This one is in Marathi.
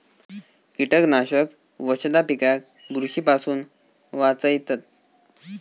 कीटकनाशक वशधा पिकाक बुरशी पासून वाचयतत